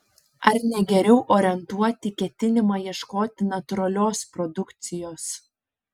ar ne geriau orientuoti ketinimą ieškoti natūralios produkcijos